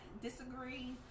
disagree